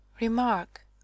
Remark